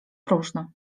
próżno